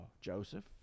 Joseph